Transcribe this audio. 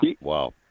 Wow